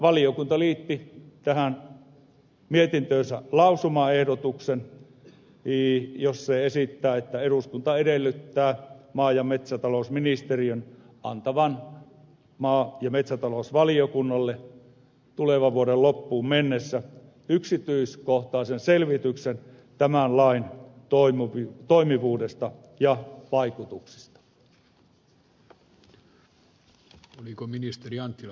valiokunta liitti tähän mietintöönsä lausumaehdotuksen jossa se esittää että eduskunta edellyttää maa ja metsätalousministeriön antavan maa ja metsätalousvaliokunnalle tulevan vuoden loppuun mennessä yksityiskohtaisen selvityksen tämän lain toimivuudesta ja vaikutuksista